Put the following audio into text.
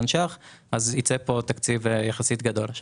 שקלים כך שיצא כאן תקציב יחסית גדול.